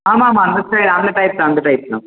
ஆமாம் ஆமாம் அந்த ஸ்டைல் அந்த டைப் தான் அந்த டைப் தான்